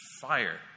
fire